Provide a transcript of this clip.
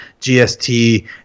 GST